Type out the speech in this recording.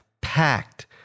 packed